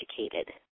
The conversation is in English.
educated